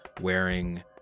wearing